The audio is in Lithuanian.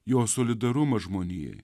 jo solidarumas žmonijai